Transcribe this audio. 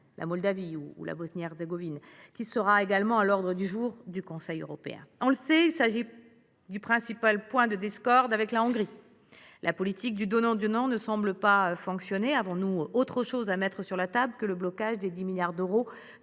la Moldavie ou à la Bosnie Herzégovine, qui sera également à l’ordre du jour du Conseil européen. On le sait, il s’agit du principal point de désaccord avec la Hongrie. La politique du donnant donnant ne semble pas fonctionner. Avons nous autre chose à mettre sur la table que le blocage de 10 milliards d’euros